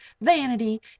vanity